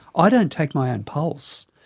ah don't take my own pulse,